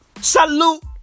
Salute